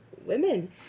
women